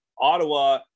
Ottawa